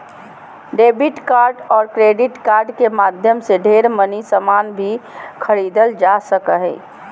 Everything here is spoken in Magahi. डेबिट और क्रेडिट कार्ड के माध्यम से ढेर मनी सामान भी खरीदल जा सको हय